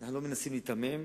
אנחנו לא מנסים להיתמם.